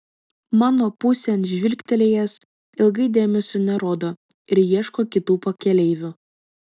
mano pusėn žvilgtelėjęs ilgai dėmesio nerodo ir ieško kitų pakeleivių